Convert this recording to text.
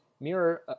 mirror